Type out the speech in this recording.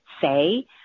say